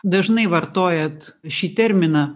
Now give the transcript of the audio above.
dažnai vartojat šį terminą